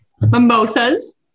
Mimosas